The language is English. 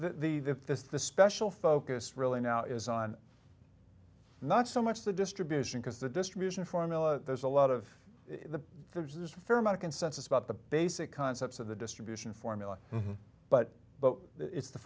is the special focus really now is on not so much the distribution because the distribution formula there's a lot of the there's a fair amount of consensus about the basic concepts of the distribution formula but but it's the